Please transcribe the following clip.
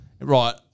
Right